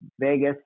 Vegas